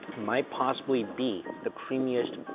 might possibly be the creamiest,